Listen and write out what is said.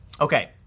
Okay